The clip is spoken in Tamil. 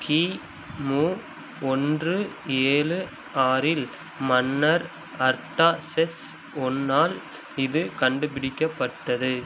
கிமு ஒன்று ஏழு ஆறில் மன்னர் அர்டாஷெஸ் ஒன்றால் இது கண்டுபிடிக்கப்பட்டது